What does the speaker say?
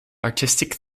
artistic